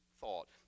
thought